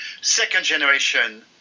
second-generation